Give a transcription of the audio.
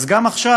אז גם עכשיו